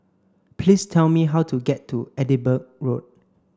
please tell me how to get to Edinburgh Road